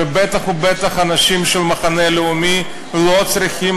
ובטח ובטח אנשים של המחנה הלאומי לא צריכים